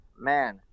man